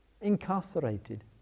incarcerated